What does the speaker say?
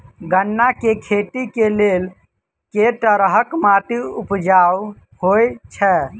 गन्ना केँ खेती केँ लेल केँ तरहक माटि उपजाउ होइ छै?